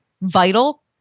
vital